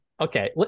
Okay